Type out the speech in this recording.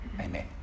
Amen